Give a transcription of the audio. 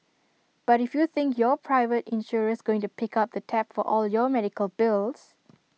but if you think your private insurer's going to pick up the tab for all your medical bills